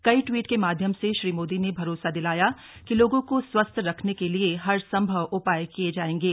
कई ट्वीट के माध्यम से श्री मोदी ने भरोसा दिलाया कि लोगों को स्वस्थ रखने के लिए हरसंभव उपाय किये जायेंगे